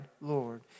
Lord